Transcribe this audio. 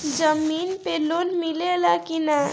जमीन पे लोन मिले ला की ना?